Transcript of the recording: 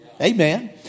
Amen